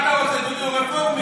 הוא רפורמי, מה אתה רוצה, דודי?